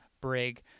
Brig